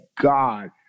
God